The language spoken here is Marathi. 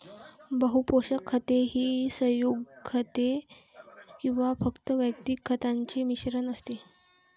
बहु पोषक खते ही संयुग खते किंवा फक्त वैयक्तिक खतांचे मिश्रण असते